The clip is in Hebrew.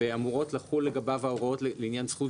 ואמורות לחול לגביו ההוראות לעניין זכות הביטול.